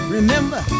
Remember